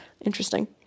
Interesting